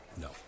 No